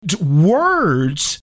words